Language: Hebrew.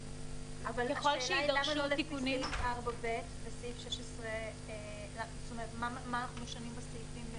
שידרשו תיקונים --- מה בעצם אנחנו משנים בסעיפים,